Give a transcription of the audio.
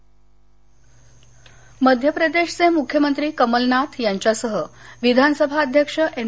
मध्यप्रदेश मध्यप्रदेशचे मुख्यमंत्री कमलनाथ यांच्यासह विधानसभा अध्यक्ष एन